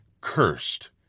cursed